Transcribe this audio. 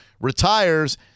retires